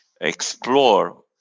explore